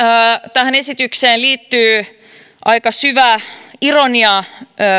tähän esitykseen liittyy aika syvä ironia